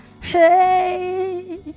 hey